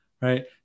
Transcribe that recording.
right